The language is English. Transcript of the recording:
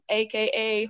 aka